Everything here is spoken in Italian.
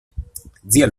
zia